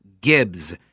Gibbs